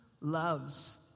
loves